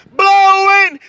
blowing